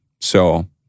So-